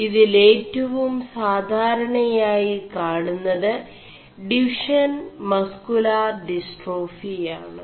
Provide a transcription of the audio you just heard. ഇതിേലവും സാധാരണയായി കാണുMത് Duchenne muscular dystrophy ആണ്